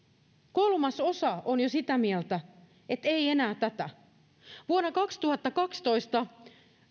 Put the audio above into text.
kolmasosa on jo sitä mieltä että ei enää tätä vuonna kaksituhattakaksitoista